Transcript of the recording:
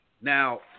Now